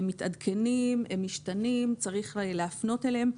הם מתעדכנים, הם משתנים, צריך להפנות אליהם.